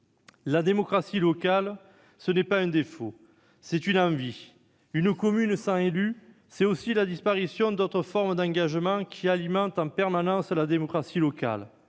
la démocratie locale, ce n'est pas un défaut, c'est une envie. Une commune sans élus, c'est aussi la disparition d'autres formes d'engagement qui alimentent en permanence la démocratie locale